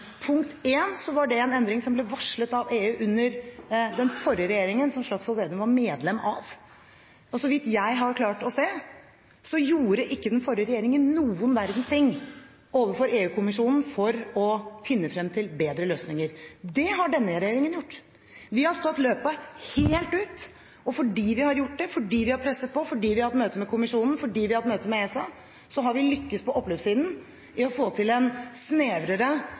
var en endring som ble varslet av EU under den forrige regjeringen, som Slagsvold Vedum var medlem av. Så vidt jeg har klart å se, gjorde ikke den forrige regjeringen noen verdens ting overfor EU-kommisjonen for å finne frem til bedre løsninger. Det har denne regjeringen gjort. Vi har stått løpet helt ut, og fordi vi har gjort det, fordi vi har presset på, fordi vi har hatt møte med kommisjonen, fordi vi har hatt møte med ESA, har vi lyktes på oppløpssiden med å få til en snevrere